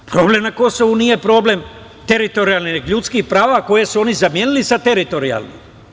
Problem na Kosovu nije problem teritorijalne, već ljudskih prava koje su oni zamenili sa teritorijalnim.